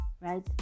right